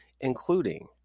including